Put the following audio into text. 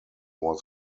was